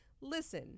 listen